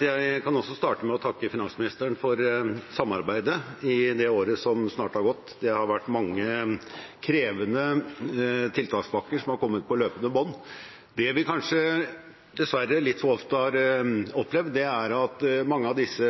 Jeg kan også starte med å takke finansministeren for samarbeidet i det året som snart har gått. Det har vært mange krevende tiltakspakker som har kommet på løpende bånd. Det vi kanskje har opplevd litt for ofte, dessverre, er at det i mange av disse